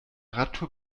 radtour